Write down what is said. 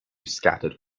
scattered